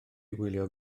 wylio